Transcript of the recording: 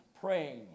praying